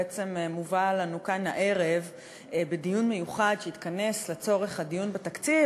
בעצם מובא לנו כאן הערב בדיון מיוחד שהתכנס לצורך הדיון בתקציב,